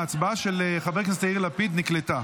ההצבעה של חבר הכנסת יאיר לפיד נקלטה.